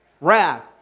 Wrath